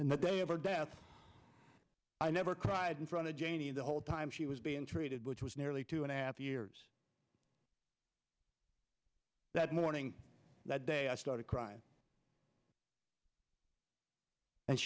and the day of her death i never cried in front of the whole time she was being treated which was nearly two and a half years that morning that day i started crying and